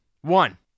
One